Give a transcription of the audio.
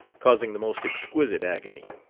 causing the most exquisite agony.